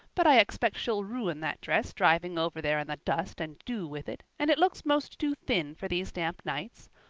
but i expect she'll ruin that dress driving over there in the dust and dew with it, and it looks most too thin for these damp nights.